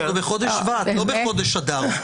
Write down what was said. גמור.